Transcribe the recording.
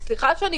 סליחה שאני